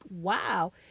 wow